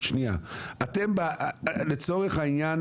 לצורך העניין